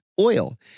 oil